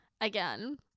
again